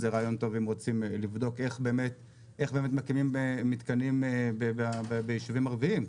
זה רעיון טוב אם רוצים לבדוק איך באמת מקימים מתקנים ביישובים ערביים,